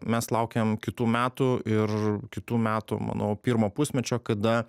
mes laukiam kitų metų ir kitų metų manau pirmo pusmečio kada